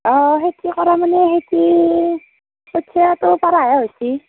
অঁ খেতি কৰা মানে খেতি কঠিয়াটো পাৰাহে হৈছে